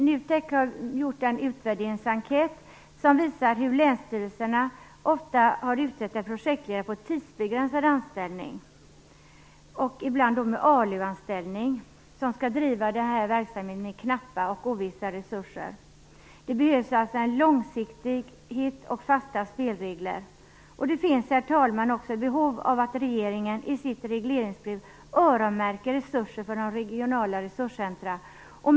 NUTEK har gjort en utvärderingsenkät som visar hur länsstyrelserna ofta har utsett en projektledare på tidsbegränsad anställning, ibland med ALU anställning, som skall driva denna verksamhet med knappa och ovissa resurser. Det behövs alltså långsiktighet och fasta spelregler, och det finns, herr talman, också ett behov av att regeringen i sitt regleringsbrev öronmärker resurser för de regionala resurscentrumen.